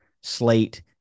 slate